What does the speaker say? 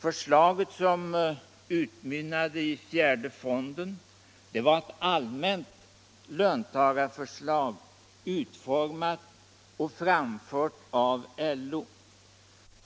Förslaget som utmynnade i fjärde fonden var ett allmänt löntagarförslag, utformat och framfört av LO.